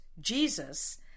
jesus